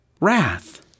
wrath